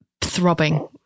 throbbing